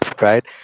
right